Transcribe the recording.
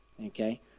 Okay